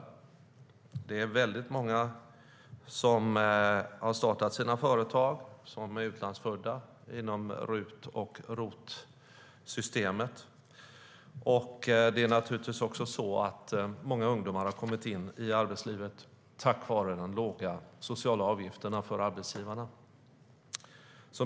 Det är väldigt många som är utlandsfödda bland dem som har startat sina företag inom RUT och ROT-systemet.Det är naturligtvis också så att många ungdomar har kommit in i arbetslivet tack vare de låga sociala avgifterna för arbetsgivarna.